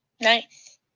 Nice